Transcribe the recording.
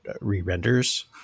re-renders